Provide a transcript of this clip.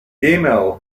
email